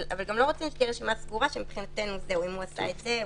אבל גם לא רצינו שתהיה רשימה סגורה שמבחינתנו אם הוא עשה את זה,